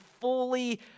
fully